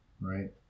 right